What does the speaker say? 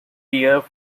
beer